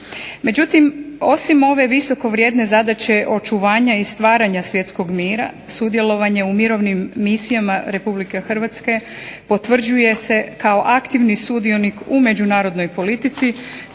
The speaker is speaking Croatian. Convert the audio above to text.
Međutim, osim ove visoko vrijedne zadaće očuvanja i stvaranja svjetskog mira sudjelovanje u mirovnim misijama RH potvrđuje se kao aktivni sudionik u međunarodnoj politici